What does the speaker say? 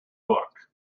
book